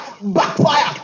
backfire